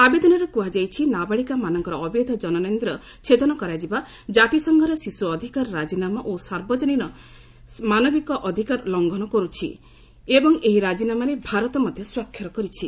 ଆବେଦନରେ କୃହାଯାଇଛି ନାବାଳିକାମାନଙ୍କର ଅବୈଧ ଜନନେନ୍ଦ୍ରିୟ ଛେଦନ କରାଯିବା କାତିସଂଘର ଶିଶ୍ୱ ଅଧିକାର ରାଜିନାମା ଓ ସାର୍ବଜନନୀ ମାନବିକ ଅଧିକାର ଲଙ୍ଘନ କର୍ରଛି ଏବଂ ଏହି ରାଜିନାମାରେ ଭାରତ ମଧ୍ୟ ସ୍ୱାକ୍ଷର କରିଛି